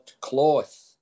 cloth